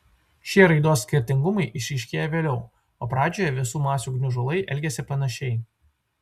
šie raidos skirtingumai išryškėja vėliau o pradžioje visų masių gniužulai elgiasi panašiai